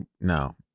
no